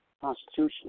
Constitution